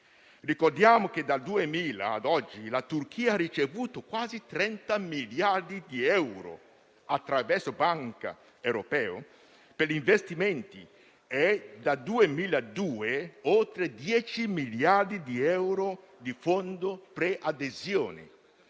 Ricordiamo che dal 2000 ad oggi la Turchia ha ricevuto quasi 30 miliardi di euro attraverso la Banca europea per gli investimenti e, dal 2002, oltre 10 miliardi di euro di fondo preadesioni.